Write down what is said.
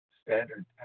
standard